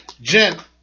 Jen